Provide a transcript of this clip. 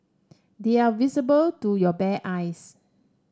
they are visible to your bare eyes